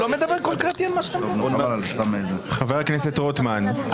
חבר הכנסת רוטמן,